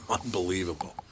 unbelievable